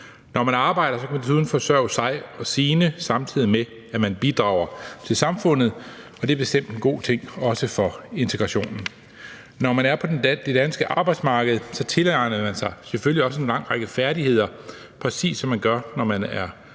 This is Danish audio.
Når man arbejder, kan man desuden forsørge sig og sine, samtidig med at man bidrager til samfundet, og det er bestemt en god ting, også for integrationen. Når man er på det danske arbejdsmarked, tilegner man sig selvfølgelig også en lang række færdigheder, præcis som man gør, når man er under